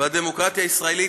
והדמוקרטיה הישראלית,